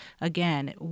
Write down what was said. again